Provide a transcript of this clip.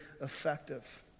effective